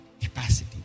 capacity